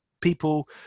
People